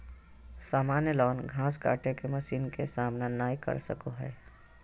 सामान्य लॉन घास काटे के मशीन के सामना नय कर सको हइ